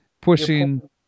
pushing